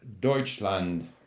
Deutschland